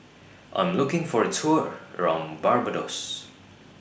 I'm looking For A Tour around Barbados